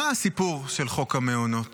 מה הסיפור של חוק המעונות?